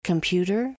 Computer